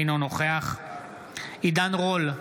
אינו נוכח עידן רול,